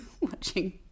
watching